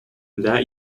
that